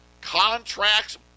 Contracts